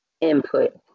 input